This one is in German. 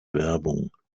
werbung